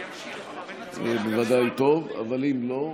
אם נסיים לפני זה בוודאי טוב, אבל אם לא,